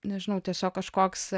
nežinau tiesiog kažkoks